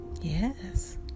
Yes